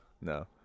No